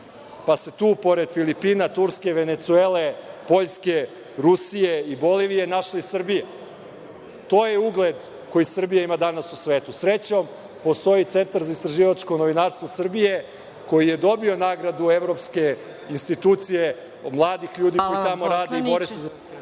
pa se tu pored Filipina, Turske, Venecuele, Poljske, Rusije i Bolivije našla i Srbija. To je ugled koji Srbija ima danas u svetu. Srećom, postoji Centar za istraživačko novinarstvo Srbije, koji je dobio nagradu evropske institucije mladih ljudi koji tamo rade i bore se …